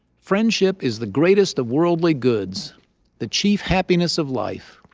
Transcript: friendship is the greatest of worldly goods the chief happiness of life.